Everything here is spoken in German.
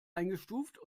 eingestuft